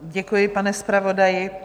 Děkuji, pane zpravodaji.